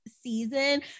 season